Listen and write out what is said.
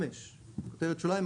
5 כותרת שוליים.